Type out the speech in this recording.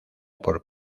por